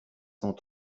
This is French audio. cent